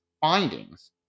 findings